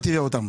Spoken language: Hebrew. שם תראה אותם.